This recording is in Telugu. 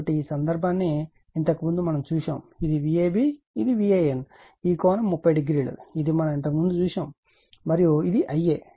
కాబట్టి ఈ సందర్భాన్ని ఇంతకుముందు మనం చూశాము ఇది Vab ఇది VAN ఈ కోణం 30o ఇది మనం ఇంతకుముందు చూశాము మరియు ఇది Ia